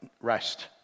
rest